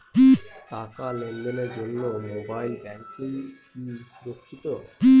টাকা লেনদেনের জন্য মোবাইল ব্যাঙ্কিং কি সুরক্ষিত?